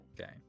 Okay